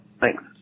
Thanks